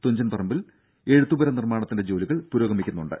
തുഞ്ചൻപറമ്പിൽ എഴുത്തുപുര നിർമാണത്തിന്റെ ജോലികൾ പുരോഗമിക്കുന്നുണ്ട്